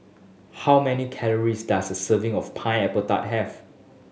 how many calories does a serving of Pineapple Tart have